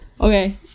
Okay